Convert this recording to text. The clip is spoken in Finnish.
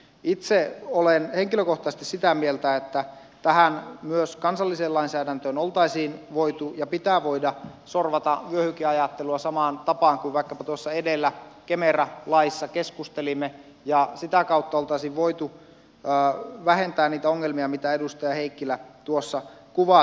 itse olen henkilökohtaisesti sitä mieltä että myös tähän kansalliseen lainsäädäntöön oltaisiin voitu ja pitää voida sorvata vyöhykeajattelua samaan tapaan kuin vaikkapa tuossa edellä kemera laissa keskustelimme ja sitä kautta oltaisiin voitu vähentää niitä ongelmia mitä edustaja heikkilä tuossa kuvasi